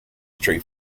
tree